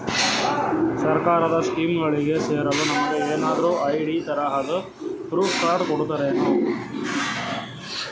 ಸರ್ಕಾರದ ಸ್ಕೀಮ್ಗಳಿಗೆ ಸೇರಲು ನಮಗೆ ಏನಾದ್ರು ಐ.ಡಿ ತರಹದ ಪ್ರೂಫ್ ಕಾರ್ಡ್ ಕೊಡುತ್ತಾರೆನ್ರಿ?